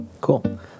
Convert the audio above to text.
Cool